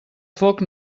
foc